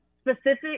specific